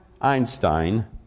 Einstein